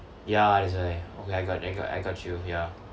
ya that's why okay I got I got I got you ya